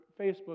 Facebook